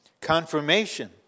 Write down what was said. Confirmation